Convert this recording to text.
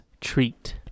treat